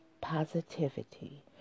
positivity